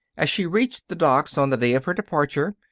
as she reached the docks on the day of her departure,